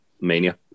Mania